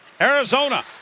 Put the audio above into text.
Arizona